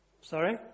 Sorry